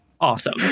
awesome